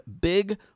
big